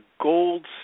gold